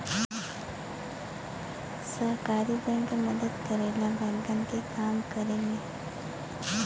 सहकारी बैंक मदद करला बैंकन के काम करे में